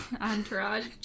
Entourage